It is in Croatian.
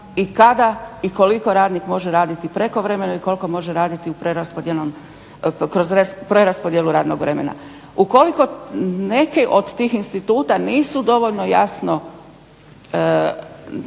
i koliko radnik može raditi prekovremeno i koliko može raditi kroz preraspodjelu radnog vremena. Ukoliko neke od tih instituta nisu dovoljno jasno